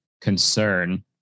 concern